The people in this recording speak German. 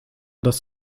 das